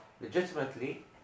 legitimately